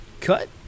cut